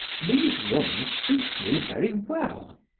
these rooms suit me very well.